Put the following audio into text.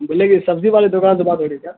بول رہے کہ سبزی والے بول رہا ہے بات ہوری ہے کیا